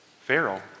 Pharaoh